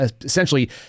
essentially